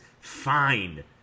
fine